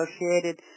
associated